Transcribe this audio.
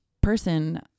person